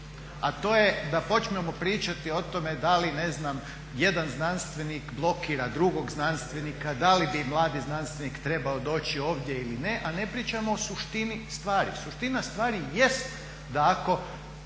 a to je da počnemo pričati o tome da li ne znam jedan znanstvenik blokira drugog znanstvenika, da li bi mladi znanstvenik trebao doći ovdje ili ne, a ne pričamo o suštini stvari. Suština stvari jest da ako